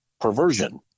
perversion